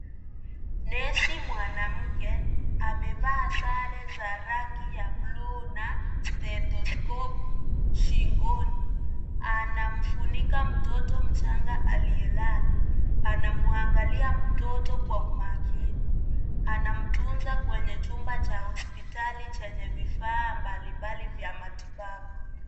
Nesi mwanamke amevaa sare za rangi ya bluu na stetoskopu shingoni. Anamfunika mtoto mchanga aliyelala. Anamwangalia mtoto kwa umakini. Anamtunza kwenye chumba cha hospitali chenye vifaa mbalimbali vya matibabu.